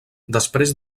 després